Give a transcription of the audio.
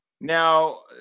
Now